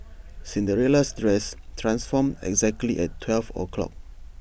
Cinderella's dress transformed exactly at twelve o'clock